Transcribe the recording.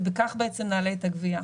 ובכך בעצם נעלה את הגבייה.